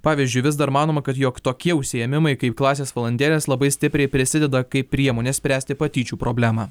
pavyzdžiui vis dar manoma kad jog tokie užsiėmimai kaip klasės valandėlės labai stipriai prisideda kaip priemonė spręsti patyčių problemą